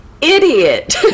idiot